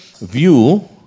view